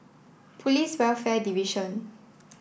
Police Welfare Division